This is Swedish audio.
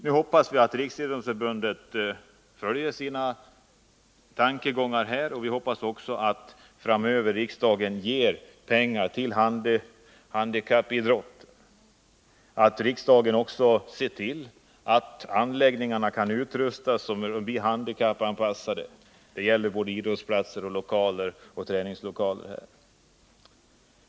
Nu hoppas vi att Riksidrottsförbundet följer upp sina tankegångar i dessa avseenden och att riksdagen framöver kommer att ge pengar till handikappidrott och ser till att idrottsplatser och träningslokaler blir handikappanpassade.